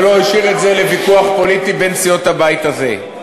ולא השאיר את זה לוויכוח פוליטי בין סיעות הבית הזה.